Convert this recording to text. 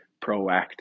proactive